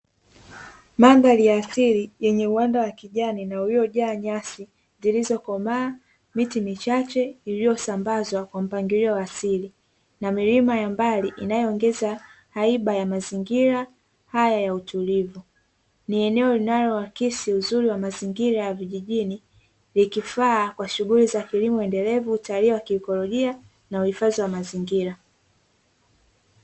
Madhari ya asili yenye uwanda wa kijani na uliojaa nyasi zilizokomaa, miti michache iliyosambazwa kwa mpangilio wa asili, na milima ya mbali inayoongeza haiba ya mazingira haya ya utulivu. Ni eneo linaloakisi uzuri wa mazingira ya vijijini; likifaa kwa shughuli za kilimo endelevu, utalii wa kiekolojia na uhifadhi wa mazingira.